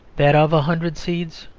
that of a hundred seeds,